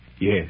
Yes